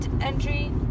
entry